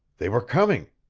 they were coming!